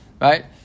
Right